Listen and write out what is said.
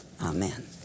Amen